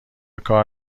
کار